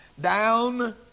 down